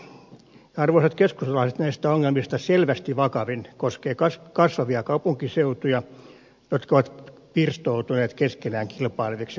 arvoisat keskustalaiset näistä ongelmista selvästi vakavin koskee kasvavia kaupunkiseutuja jotka ovat pirstoutuneet keskenään kilpaileviksi kuntayksiköiksi